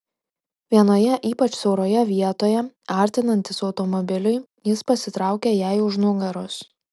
vienoje ypač siauroje vietoje artinantis automobiliui jis pasitraukė jai už nugaros